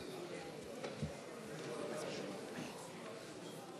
לשנת הכספים 2017,